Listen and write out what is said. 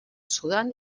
sudan